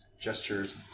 gestures